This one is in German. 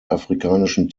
afrikanischen